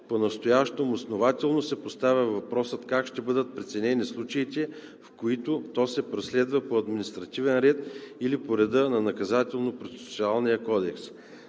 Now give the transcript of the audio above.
понастоящем основателно се поставя въпросът как ще бъдат преценени случаите, в които то се преследва по административен ред или по реда на Наказателно-процесуалния кодекс.